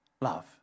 Love